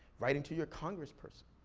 writing to your congressperson.